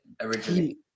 originally